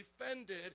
offended